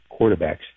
quarterbacks